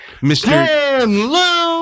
Mr